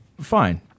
fine